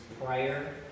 prior